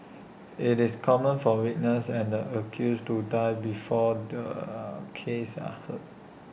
IT is common for witnesses and the accused to die before their cases are heard